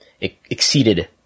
exceeded